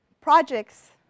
projects